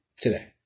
today